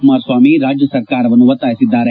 ಕುಮಾರಸ್ವಾಮಿ ರಾಜ್ಯ ಸರ್ಕಾರವನ್ನು ಒತ್ತಾಯಿಸಿದ್ದಾರೆ